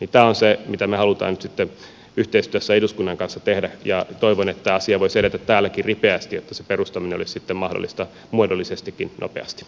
tämä on se mitä me haluamme nyt sitten yhteistyössä eduskunnan kanssa tehdä ja toivon että tämä asia voisi edetä täälläkin ripeästi että se perustaminen olisi sitten mahdollista muodollisestikin nopeasti